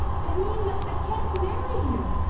i mean that i can't marry you,